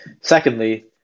secondly